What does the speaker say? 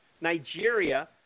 Nigeria